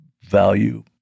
value